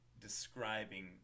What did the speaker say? describing